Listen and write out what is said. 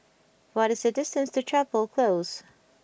what is the distance to Chapel Close